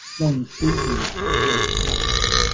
long seasons have past,